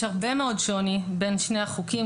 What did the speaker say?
יש הרבה מאוד שוני בין שני החוקים,